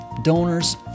Donors